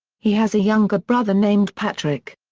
he has a younger brother named patrick.